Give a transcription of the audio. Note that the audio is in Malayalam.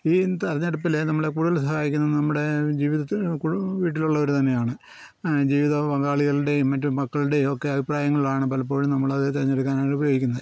ഈ തിരഞ്ഞെടുപ്പിൽ നമ്മളെ കൂടുതൽ സഹായിക്കുന്നത് നമ്മുടെ ജീവിതത്തിൽ വീട്ടിലുള്ളവർ തന്നെയാണ് ജീവിത പങ്കാളികളുടെയും മറ്റു മക്കളുടെയും ഒക്കെ അഭിപ്രായങ്ങളാണ് പലപ്പോഴും നമ്മളത് തിരഞ്ഞെടുക്കാനായിട്ട് ഉപയോഗിക്കുന്നത്